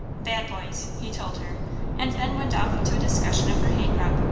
bad boys, he told her and then went off to a discussion of her hay crop,